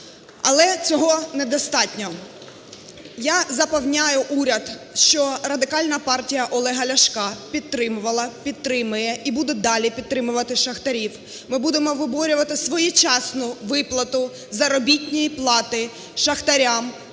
Але цього недостатньо, я запевняю уряд, що Радикальна партія Олега Ляшка підтримувала, підтримує і буде далі підтримувати шахтарів. Ми будемо виборювати своєчасну виплату заробітної плати шахтарям